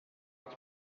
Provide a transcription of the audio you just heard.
was